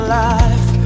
life